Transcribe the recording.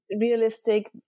realistic